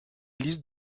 liste